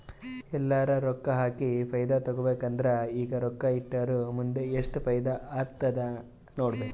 ಎಲ್ಲರೆ ರೊಕ್ಕಾ ಹಾಕಿ ಫೈದಾ ತೆಕ್ಕೋಬೇಕ್ ಅಂದುರ್ ಈಗ ರೊಕ್ಕಾ ಇಟ್ಟುರ್ ಮುಂದ್ ಎಸ್ಟ್ ಫೈದಾ ಆತ್ತುದ್ ನೋಡ್ಬೇಕ್